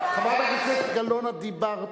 חברת הכנסת גלאון, את דיברת.